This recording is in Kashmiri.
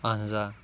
اہن حظ آ